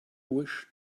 wish